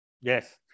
Yes